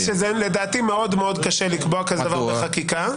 רק שלדעתי קשה מאוד מאוד לקבוע דבר כזה בחקיקה.